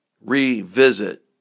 revisit